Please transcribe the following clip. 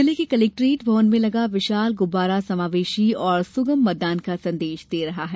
जिले के कलेक्ट्रेट भवन में लगा विशाल गुब्बारा समावेशी एवं सुगम मतदान का संदेश दे रहा है